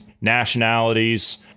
Nationalities